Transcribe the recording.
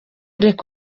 reka